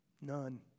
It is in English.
None